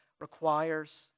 Requires